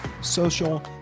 social